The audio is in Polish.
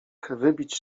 wybić